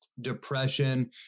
depression